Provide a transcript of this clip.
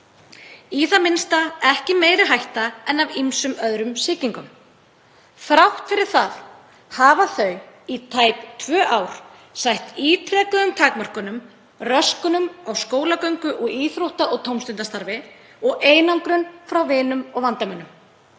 í það minnsta ekki meiri hætta en af ýmsum öðrum sýkingum. Þrátt fyrir það hafa þau í tæp tvö ár sætt ítrekuðum takmörkunum, röskunum á skólagöngu og íþrótta- og tómstundastarfi og einangrun frá vinum og vandamönnum.